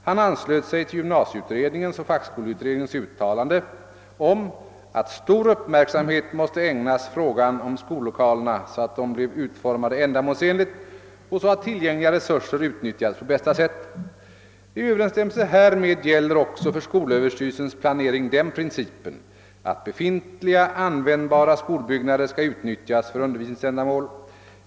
Han anslöt sig till gymnasieutredningens och fackskoleutredningens uttalande om att stor uppmärksamhet måste ägnas frågan om skollokalerna, så att de blev utformade ändamålsenligt och så att tillgängliga resurser utnyttjades på bästa sätt. I överensstämmelse härmed gäller också för skolöverstyrelsens planering den principen att befintliga användbara skolbyggnader skall utnyttjas för undervisningsändamål.